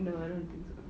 no I don't think so